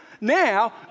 now